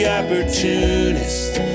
opportunists